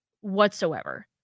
whatsoever